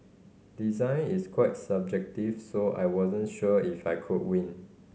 design is quite subjective so I wasn't sure if I could win